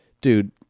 dude